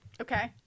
Okay